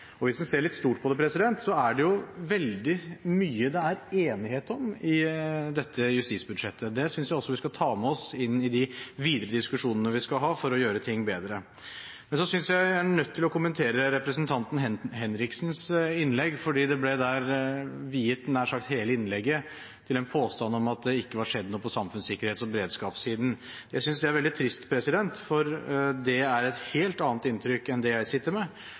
komiteen. Hvis en ser litt stort på det, er det veldig mye det er enighet om i dette justisbudsjettet, og det syns jeg også vi skal ta med oss inn i de videre diskusjonene vi skal ha for å gjøre ting bedre. Men jeg synes at jeg er nødt til å kommentere representanten Henriksens innlegg, fordi nær sagt hele innlegget ble viet til en påstand om at det ikke har skjedd noe på samfunnssikkerhets- og beredskapssiden. Det synes jeg er veldig trist, for det er et helt annet inntrykk enn det jeg sitter med.